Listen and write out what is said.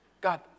God